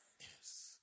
Yes